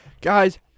Guys